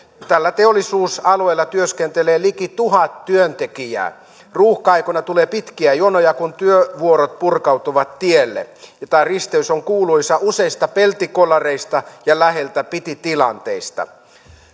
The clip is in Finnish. tällä teollisuusalueella työskentelee liki tuhat työntekijää ruuhka aikoina tulee pitkiä jonoja kun työvuorot purkautuvat tielle ja tämä risteys on kuuluisa useista peltikolareista ja läheltä piti tilanteista